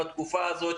בתקופה הזו,